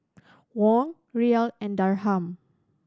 Won Riyal and Dirham